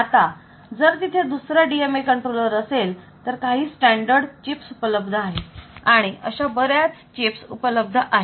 आता जर तिथे दुसरा DMA कंट्रोलर असेल तर काही स्टॅंडर्ड चिप्स उपलब्ध आहेत आणि अशा बऱ्याच चिप्स उपलब्ध आहेत